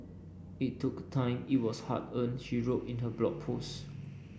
it took time it was hard earned she wrote in her Blog Post